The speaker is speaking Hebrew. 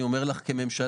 אני אומר לך כממשלה.